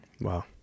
Wow